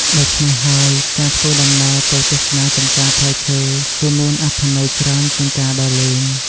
ដូច្នេះហើយ ការធ្វើដំណើរទៅទស្សនាចម្ការផ្លែឈើគឺមានអត្ថន័យច្រើនជាងការដើរលេង។